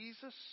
Jesus